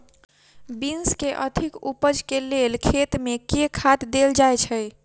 Beans केँ अधिक उपज केँ लेल खेत मे केँ खाद देल जाए छैय?